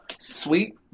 sweet